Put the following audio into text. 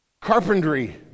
carpentry